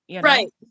Right